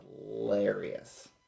hilarious